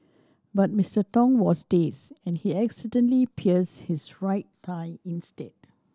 but Mister Tong was dazed and he accidentally pierced his right thigh instead